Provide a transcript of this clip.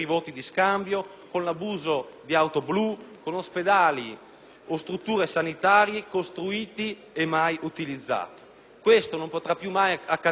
o strutture sanitarie costruiti e mai utilizzati. Questo non potrà più accadere, sarà solo un triste ricordo del passato.